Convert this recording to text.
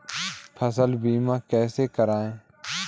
फसल बीमा कैसे कराएँ?